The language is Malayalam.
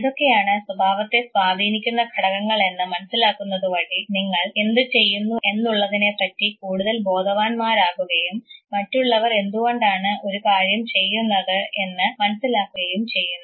ഏതൊക്കെയാണ് സ്വഭാവത്തെ സ്വാധീനിക്കുന്ന ഘടകങ്ങൾ എന്ന് മനസ്സിലാക്കുന്നത് വഴി നിങ്ങൾ എന്ത് ചെയ്യുന്നു എന്നുള്ളതിനെപ്പറ്റി കൂടുതൽ ബോധവാൻമാരാകുകയും മറ്റുള്ളവർ എന്തുകൊണ്ടാണ് ഒരുകാര്യം ചെയ്യുന്നത് എന്ന് മനസ്സിലാക്കുകയും ചെയ്യുന്നു